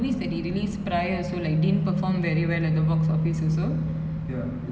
all wasn't cutting it maybe the recent one that could have come close right is kaappaan